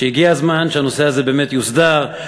שהגיע הזמן שהנושא הזה באמת יוסדר,